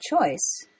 choice